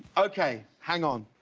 okay. hang on.